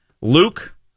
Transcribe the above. Luke